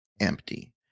empty